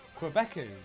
Quebecers